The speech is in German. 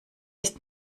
ist